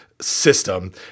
system